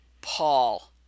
Paul